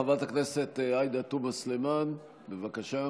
חברת הכנסת עאידה תומא סלימאן, בבקשה.